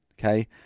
okay